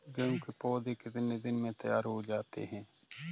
गेहूँ के पौधे कितने दिन में तैयार हो जाते हैं?